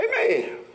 Amen